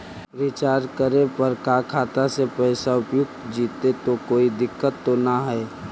Recharge करे पर का खाता से पैसा उपयुक्त जितै तो कोई दिक्कत तो ना है?